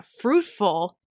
fruitful